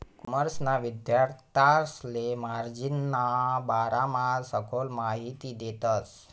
कॉमर्सना विद्यार्थांसले मार्जिनना बारामा सखोल माहिती देतस